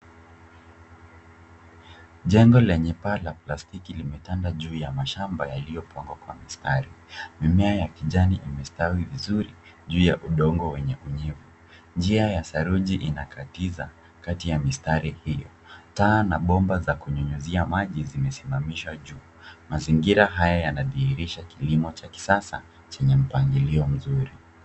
Jengo lenye paa la plastiki limetanda juu ya mashamba yaliyopangwa kwa mistari. Mimea ya kijani imestawi vizuri juu ya udongo wenye unyevu. Njia ya saruji inakatiza kati ya mistari hiyo. Taa na bomba za kunyunyuzi maji zimesimamishwa juu. Mazingira haya yanadhirisha kilimo cha kisasa chenye mpangilio mzuri.